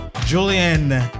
Julian